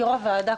יושב-ראש הוועדה,